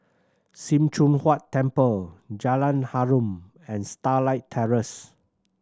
Sim Choon Huat Temple Jalan Harum and Starlight Terrace